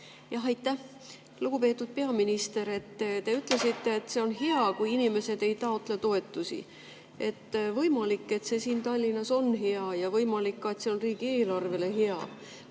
Aitäh! Lugupeetud peaminister! Te ütlesite, et see on hea, kui inimesed ei taotle toetusi. Võimalik, et see siin Tallinnas on hea, ja võimalik, et see on ka riigieelarvele hea.